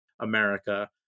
America